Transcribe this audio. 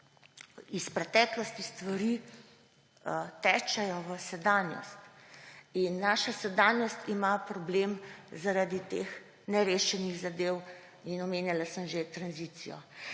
Iz preteklosti stvari tečejo v sedanjost. In naša sedanjost ima problem zaradi teh nerešenih zadev in omenjala sem že tranzicijo.